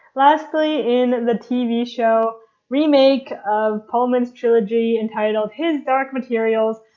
lastly, in the tv show remake of pullman's trilogy entitled his dark materials,